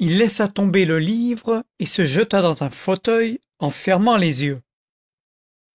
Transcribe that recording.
il laissa tomber le livre et se jeta dans un fauteuil en fermant les yeux